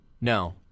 No